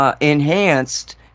enhanced